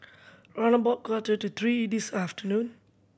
round about quarter to three this afternoon